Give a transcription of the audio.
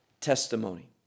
testimony